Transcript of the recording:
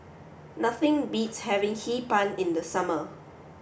nothing beats having Hee Pan in the summer